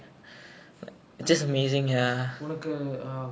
உனக்கு:unakku err